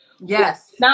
Yes